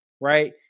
right